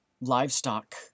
livestock